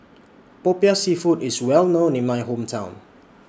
Popiah Seafood IS Well known in My Hometown